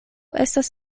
estas